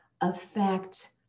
affect